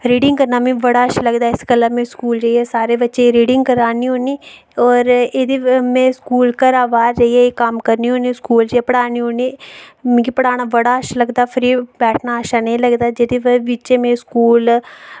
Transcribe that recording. reading करना मि बड़ा अच्छा लगदा इस गल्ला में स्कूल जाइयै सारे बच्चें ई रीडिंग करान्नी होन्नी और एह्दी में स्कूल घरा बाह्र जाइयै एह् कम्म करनी होन्नी स्कूल जाइयै पढ़ान्नी होन्नी मिकी पढ़ाना बड़ा अच्छा लगदा फ्री बैठना अच्छा नेईं लगदा जिदें बिच मैं स्कूल